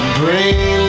bring